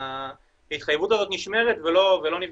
ההתחייבות הזאת נשמרת ולא נפגמת.